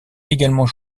également